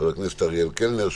חבר הכנסת אריאל קלנר,